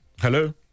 Hello